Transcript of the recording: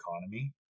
economy